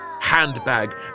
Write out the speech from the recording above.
handbag